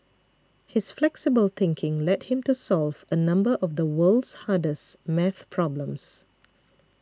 his flexible thinking led him to solve a number of the world's hardest math problems